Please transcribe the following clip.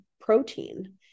protein